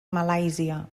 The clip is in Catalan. malàisia